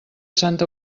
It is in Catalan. santa